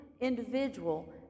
individual